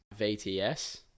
VTS